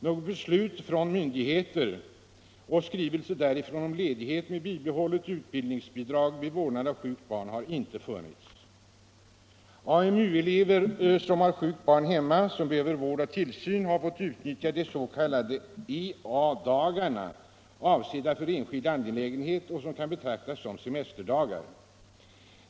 Något beslut från myndigheter eller skrivelser därifrån om ledighet med bibehållet utbildningsbidrag vid vårdnaden av sjukt barn har inte funnits. AMU-elev, som har sjukt barn hemma som behöver vård och tillsyn, har fått utnyttja de s.k. ea-dagarna. De är avsedda för enskild angelägenhet och kan betraktas som semesterdagar.